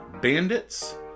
Bandits